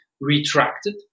retracted